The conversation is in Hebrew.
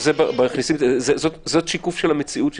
זה שיקוף של המציאות שתקרה.